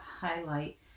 highlight